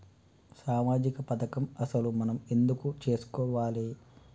సామాజిక పథకం అసలు మనం ఎందుకు చేస్కోవాలే?